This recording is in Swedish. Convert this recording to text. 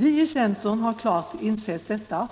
Vi i centern har klart insett detta.